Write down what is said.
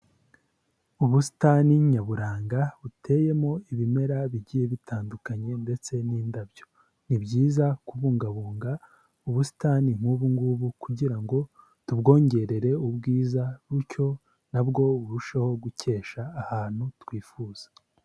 Ubusitani nyaburanga buteyemo ibimera bigiye bitandukanye ndetse n'indabyo, ni byiza kubungabunga ubusitani nk'ubu ngubu kugira ngo tubwongerere ubwiza butyo na bwo burusheho gukesha ahantu twifuza.